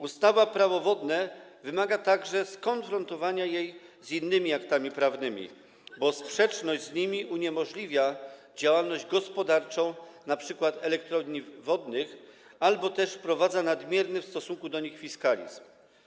Ustawa Prawo wodne wymaga także skonfrontowania z innymi aktami prawnymi, bo jej sprzeczność z nimi uniemożliwia działalność gospodarczą np. elektrowniom wodnym albo też wprowadza nadmierny w stosunku do nich fiskalizm.